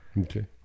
Okay